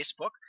Facebook